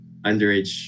underage